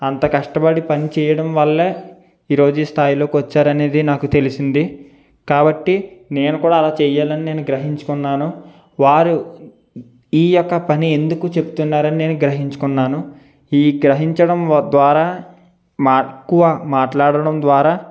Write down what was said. అంత కష్టపడి పని చేయడం వల్లే ఈరోజు స్థాయిలోకి వచ్చారనేది నాకు తెలిసింది కాబట్టి నేను కూడా అలా చేయాలని నేను గ్రహించుకున్నాను వారు ఈ యొక్క పని ఎందుకు చెప్తున్నారని నేను గ్రహించుకున్నాను ఈ గ్రహించడం ద్వారా మాకు మాట్లాడడం ద్వారా